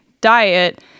diet